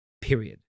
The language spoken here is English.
period